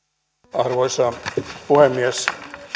arvoisa puhemies